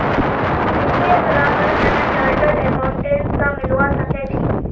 वित्तीय सलाहर तने चार्टर्ड अकाउंटेंट स मिलवा सखे छि